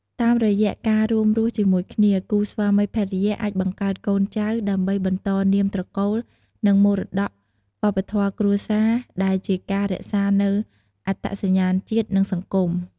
តាមរយៈការរួមរស់ជាមួយគ្នា គូស្វាមីភរិយាអាចបង្កើតកូនចៅ ដើម្បីបន្តនាមត្រកូល និងមរតកវប្បធម៌គ្រួសារ ដែលជាការរក្សានូវអត្តសញ្ញាណជាតិ និងសង្គម។